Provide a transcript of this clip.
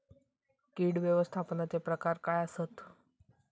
कीड व्यवस्थापनाचे प्रकार काय आसत?